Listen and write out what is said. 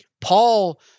Paul